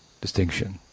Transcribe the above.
distinction